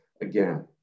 again